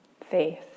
Faith